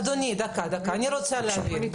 אדוני, אני רוצה להבין.